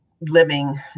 Living